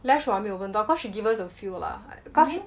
lash 我没有问到 cause she give us a few lah cause